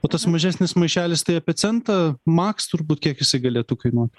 o tas mažesnis maišelis tai apie centą maks turbūt kiek jisai galėtų kainuot